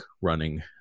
running